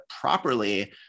properly